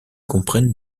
comprennent